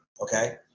okay